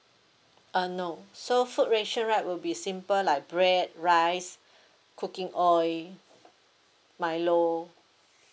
uh no so food ration right will be simple like bread rice cooking oil milo